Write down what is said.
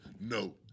No